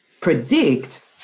predict